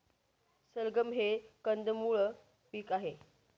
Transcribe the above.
सलगम हे कंदमुळ पीक आहे